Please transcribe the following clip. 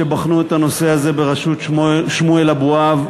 בראשות שמואל אבואב,